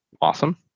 awesome